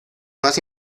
más